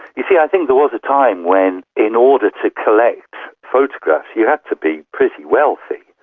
you see, i think there was a time when in order to collect photographs you had to be pretty wealthy.